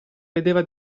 vedeva